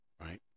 Right